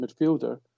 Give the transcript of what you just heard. midfielder